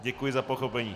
Děkuji za pochopení.